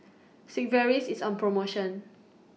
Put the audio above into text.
Sigvaris IS on promotion